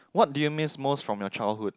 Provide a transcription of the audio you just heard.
what do you miss most from your childhood